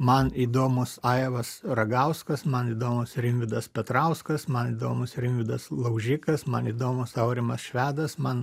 man įdomus aivas ragauskas man įdomus rimvydas petrauskas man įdomus rimvydas laužikas man įdomus aurimas švedas man